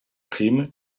crime